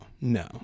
no